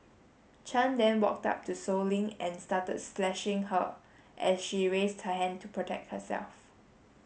chan then walked up to Sow Lin and started slashing her as she raised her hand to protect herself